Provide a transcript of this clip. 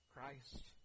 Christ